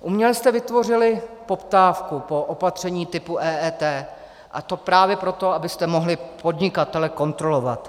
Uměle jste vytvořili poptávku po opatření typu EET, a to právě proto, abyste mohli podnikatele kontrolovat.